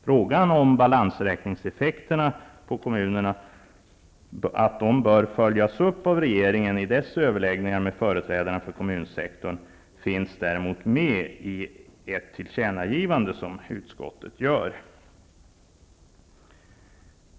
Frågan om att balansräkningseffekterna för kommunerna bör följas upp av regeringen i dess överläggningar med företrädare för kommunsektorn finns med i ett tillkännagivande som utskottet gör.